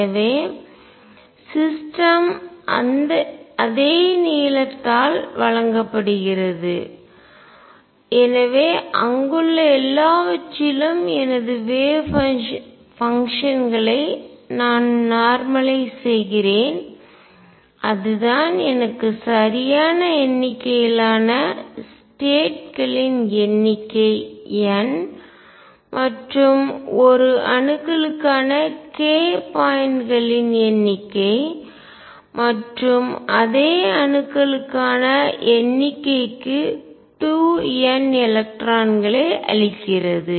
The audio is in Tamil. எனவே சிஸ்டம் அந்த நீளத்தால் வழங்கப்படுகிறது எனவே அங்குள்ள எல்லாவற்றிலும் எனது வேவ் பங்ஷன்களை அலை செயல்பாடு நான் நார்மலய்ஸ் செய்கிறேன் அதுதான் எனக்கு சரியான எண்ணிக்கையிலான ஸ்டேட் களின் எண்ணிக்கை n மற்றும் ஒரு அணுக்களுக்கான k பாயிண்ட்களின் எண்ணிக்கை மற்றும் அதே அணுக்களுக்கான எண்ணிக்கைக்கு 2 n எலக்ட்ரான்களை அளிக்கிறது